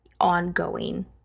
ongoing